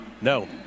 No